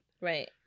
Right